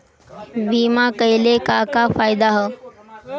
बीमा कइले का का फायदा ह?